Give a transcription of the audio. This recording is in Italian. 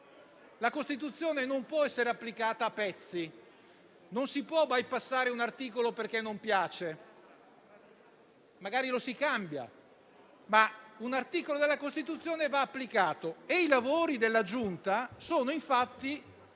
la Costituzione non può essere applicata a pezzi e non si può bypassare un articolo perché non piace. Magari lo si cambia; ma un articolo della Costituzione va applicato. I lavori della Giunta consistono